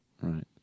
Right